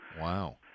Wow